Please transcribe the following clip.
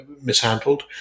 mishandled